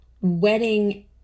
wedding